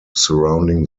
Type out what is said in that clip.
surrounding